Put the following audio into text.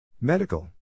Medical